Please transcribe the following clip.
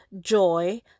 joy